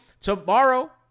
tomorrow